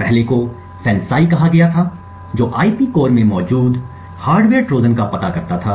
पहले को FANCI कहा गया था जो आईपी कोर में मौजूद हार्डवेयर ट्रोजन का पता करता था